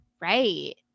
Right